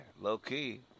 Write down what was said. low-key